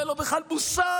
שאין לו בכלל מושג